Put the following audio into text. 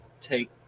take